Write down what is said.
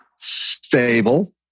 stable